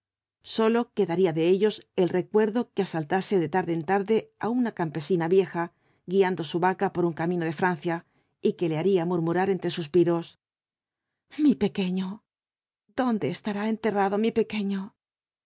sólo quedaría de ellos el recuerdo que asaltase de tarde en tarde á una campesina vieja guiando su vaca por un camino de francia y que le haría murmurar entre suspiros mi pequeño dónde estará enterrado mi pequeño